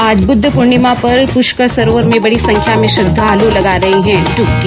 आज बुद्ध पूर्णिमा पर पुष्कर सरोवर में बड़ी संख्या में श्रद्वालु लगा रहे हैं डुबकी